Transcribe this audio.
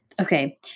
Okay